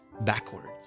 backwards